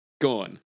Gone